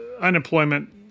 unemployment